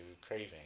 craving